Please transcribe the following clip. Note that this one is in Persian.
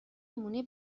نمونهی